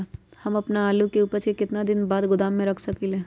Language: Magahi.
हम अपन आलू के ऊपज के केतना दिन बाद गोदाम में रख सकींले?